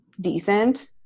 decent